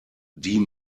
die